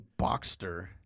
Boxster